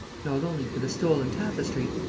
not only for the stolen tapestry,